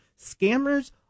Scammers